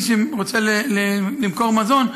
מי שרוצה למכור מזון,